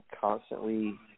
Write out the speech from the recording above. constantly